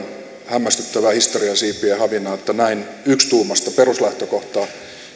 hämmästyttävää historian siipien havinaa näin yksituumaista peruslähtökohtaa